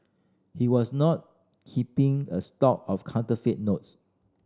he was not keeping a stock of counterfeit notes